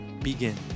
begin